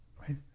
right